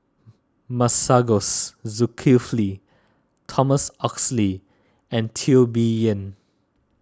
Masagos Zulkifli Thomas Oxley and Teo Bee Yen